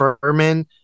Furman